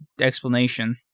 explanation